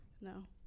No